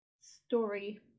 story